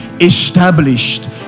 established